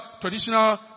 traditional